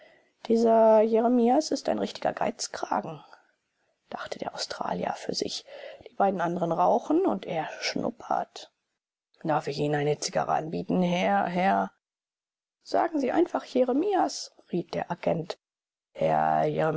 dieser jeremias ist ein richtiger geizkragen dachte der australier für sich die beiden anderen rauchen und er schnuppert darf ich ihnen eine zigarre anbieten herr herr sagen sie einfach jeremias riet der agent herr